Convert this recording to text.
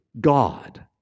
God